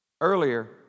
earlier